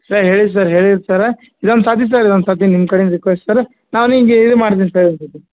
sir ಹೇಳೀರಿ sir ಹೇಳೀರಿ sir ಇದೊಂದು ಸರ್ತಿ ಸರ್ ಒಂದು ಸರ್ತಿ ನಿಮ್ಮ ಕಡೆಯಿಂದ ರಿಕ್ವೆಸ್ಟ್ ಸರ್ ನಾವು ನಿಮಗೆ ಇದು ಮಾಡ್ತಿನಿ ಸರ್ ಒಂದು ಸರ್ತಿ